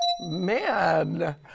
Man